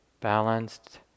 balanced